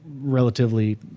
relatively